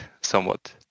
somewhat